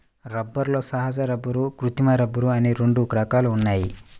రబ్బరులో సహజ రబ్బరు, కృత్రిమ రబ్బరు అని రెండు రకాలు ఉన్నాయి